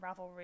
Ravelry